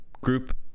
group